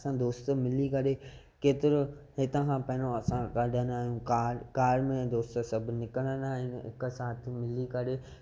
असां दोस्त मिली करे केतिरो हितां खां पहिरों असां आहियूं कार में दोस्त सभु निकिरंदा आहियूं हिकु साथ मिली करे